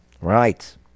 Right